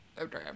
Okay